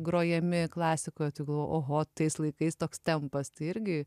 grojami klasikoj tai galvoju oho tais laikais toks tempas tai irgi